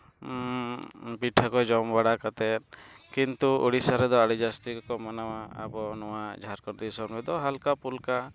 ᱯᱤᱴᱷᱟᱹ ᱠᱚ ᱡᱚᱢ ᱵᱟᱲᱟ ᱠᱟᱛᱮ ᱠᱤᱱᱛᱩ ᱩᱲᱤᱥᱥᱟ ᱨᱮᱫᱚ ᱟᱹᱰᱤ ᱡᱟᱹᱥᱛᱤ ᱜᱮᱠᱚ ᱢᱟᱱᱟᱣᱟ ᱟᱵᱚ ᱱᱚᱣᱟ ᱡᱷᱟᱲᱠᱷᱚᱸᱰ ᱫᱤᱥᱚᱢ ᱨᱮᱫᱚ ᱦᱟᱞᱠᱟ ᱯᱩᱞᱠᱟ